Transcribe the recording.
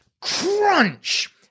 Crunch